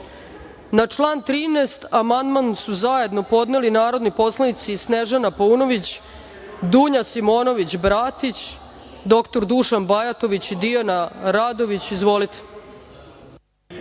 član 13. amandman su zajedno podneli narodni poslanici Snežana Paunović, Dunja Simonović Bratić, dr Dušan Bajatović i Dijana Radović. Izvolite.